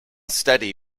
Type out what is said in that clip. steady